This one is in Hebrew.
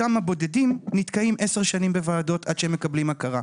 אותם הבודדים נתקעים עשר שנים בוועדות עד שהם מקבלים הכרה,